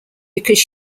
because